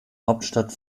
hauptstadt